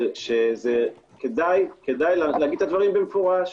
שכדאי לומר את הדברים במפורש.